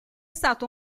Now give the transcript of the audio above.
stato